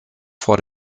vor